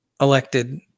elected